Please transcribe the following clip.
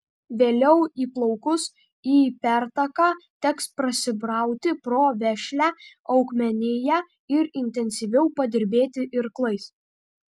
vėliau įplaukus į pertaką teks prasibrauti pro vešlią augmeniją ir intensyviau padirbėti irklais